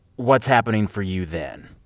what's happening for you then?